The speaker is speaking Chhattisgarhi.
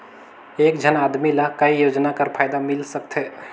एक झन आदमी ला काय योजना कर फायदा मिल सकथे?